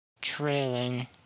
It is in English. trailing